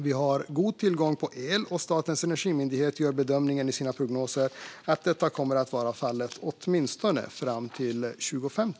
Vi har god tillgång på el, och Statens energimyndighet gör bedömningen i sina prognoser att detta kommer att vara fallet åtminstone fram till 2050.